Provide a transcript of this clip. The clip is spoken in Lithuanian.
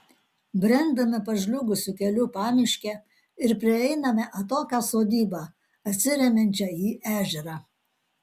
brendame pažliugusiu keliu pamiške ir prieiname atokią sodybą atsiremiančią į ežerą